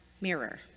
mirror